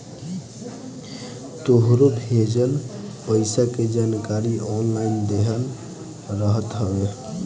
तोहरो भेजल पईसा के जानकारी ऑनलाइन देहल रहत हवे